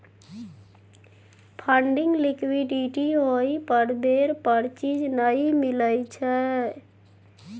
funding liquidity होइ पर बेर पर चीज नइ मिलइ छइ